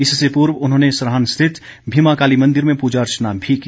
इससे पूर्व उन्होंने सराहन स्थित भीमाकाली मंदिर में पूजा अर्चना भी की